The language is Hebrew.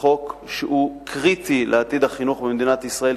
בחוק שהוא קריטי לעתיד החינוך במדינת ישראל,